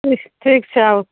ठीक छै आउ